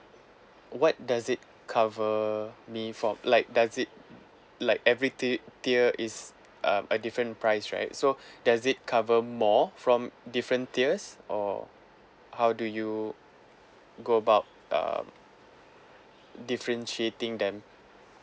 what does it cover me for like does it like every ti~ tier is um a different price right so does it cover more from different tiers or how do you go about uh differentiating them